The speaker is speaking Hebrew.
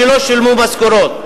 לא שילמו משכורות.